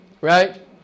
Right